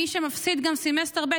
מי שמפסיד גם את סמסטר ב',